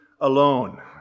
alone